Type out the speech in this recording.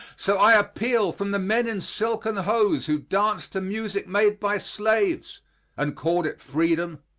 so i appeal from the men in silken hose who danced to music made by slaves and called it freedom,